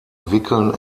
wickeln